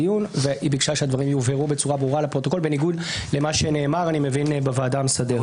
מבין שבניגוד למה שנאמר בוועדה המסדרת.